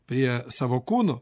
prie savo kūno